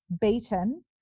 beaten